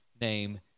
name